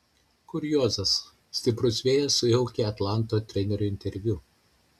kuriozas stiprus vėjas sujaukė atlanto trenerio interviu